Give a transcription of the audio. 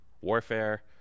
warfare